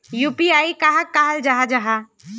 UPI कहाक कहाल जाहा जाहा?